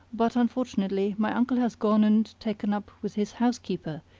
but, unfortunately, my uncle has gone and taken up with his housekeeper,